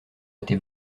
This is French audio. était